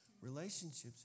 Relationships